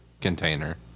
container